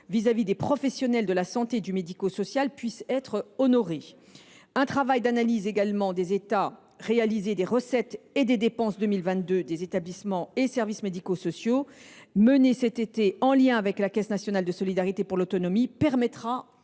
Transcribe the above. vis à vis des professionnels de la santé et du secteur médico social puissent être honorés. Un travail d’analyse des états réalisés des recettes et des dépenses pour 2022 des établissements et services médico sociaux, mené cet été en lien avec la Caisse nationale de solidarité pour l’autonomie, permettra